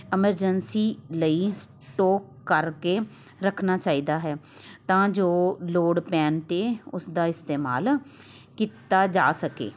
emergency ਲਈ store ਕਰਕੇ ਰੱਖਣਾ ਚਾਹੀਦਾ ਹੈ ਤਾਂ ਜੋ ਲੋੜ ਪੈਣ 'ਤੇ ਉਸਦਾ ਇਸਤੇਮਾਲ ਕੀਤਾ ਜਾ ਸਕੇ